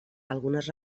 algunes